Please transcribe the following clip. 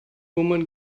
woman